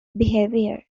behavior